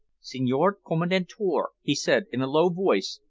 signor commendatore, he said in a low voice,